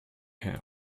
him